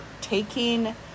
taking